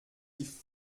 die